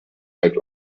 had